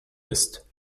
ist